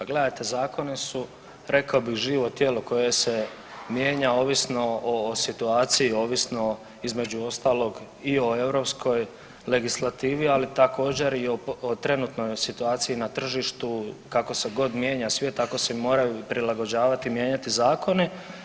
Pa gledajte, zakoni su rekao bih živo tijelo koje se mijenja ovisno o situaciji, ovisno između ostalog i o europskoj legislativi, ali također i o trenutnoj situaciji na tržištu, kako se god mijenja svijet tako se moraju prilagođavati i mijenjati zakoni.